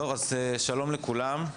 שלום לכולם.